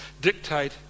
dictate